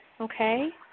Okay